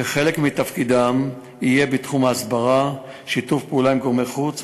שחלק מתפקידם יהיה בתחום ההסברה ושיתוף הפעולה עם גורמי חוץ,